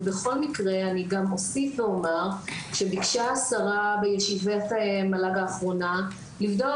ובכל מקרה אני גם אוסיף ואומר שביקשה השרה בישיבת המל"ג האחרונה לבדוק